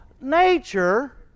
nature